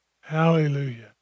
Hallelujah